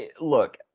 look